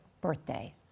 birthday